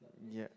yeap